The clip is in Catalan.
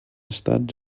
estat